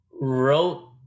wrote